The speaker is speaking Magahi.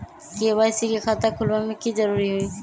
के.वाई.सी के खाता खुलवा में की जरूरी होई?